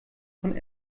von